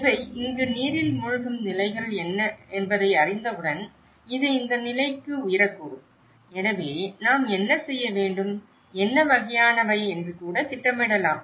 இவை இங்கு நீரில் மூழ்கும் நிலைகள் என்பதை அறிந்தவுடன் இது இந்த நிலைக்கு உயரக்கூடும் எனவே நாம் என்ன செய்ய வேண்டும் என்ன வகையானவை என்று கூட திட்டமிடலாம்